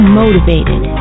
motivated